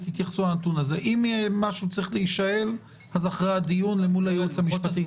אם משהו צריך להישאל אז אחרי הדיון אל מול היועץ המשפטי.